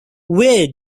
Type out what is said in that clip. where